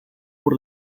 por